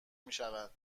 میشود